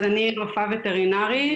אני רופאה וטרינרית,